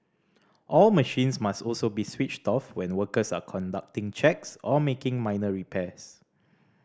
all machines must also be switched off when workers are conducting checks or making minor repairs